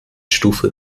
stufe